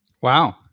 Wow